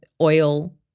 oil